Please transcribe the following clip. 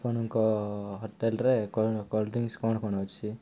ଆପଣଙ୍କ ହୋଟେଲ୍ରେ କୋଲ୍ଡ୍ରିଙ୍କସ୍ କ'ଣ କ'ଣ ଅଛି